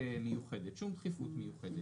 הוא מנגנון מוכר ומקובל בחקיקה.